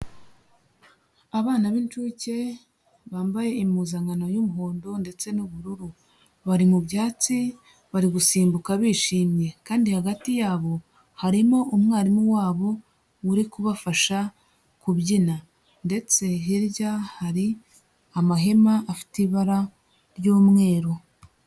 Abana b'inshuke bambaye impuzankano y'umuhondo ndetse n'ubururu, bari mu byatsi bari gusimbuka bishimye, kandi hagati yabo harimo umwarimu wabo uri kubafasha kubyina ndetse hirya hari amahema afite ibara ry'umweru.